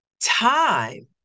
time